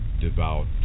devout